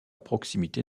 proximité